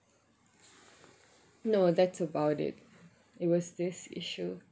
no that's about it it was this issue